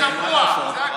אתה צבוע, אתה צבוע, זה הכול.